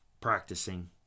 practicing